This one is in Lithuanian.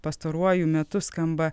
pastaruoju metu skamba